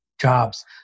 jobs